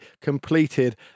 completed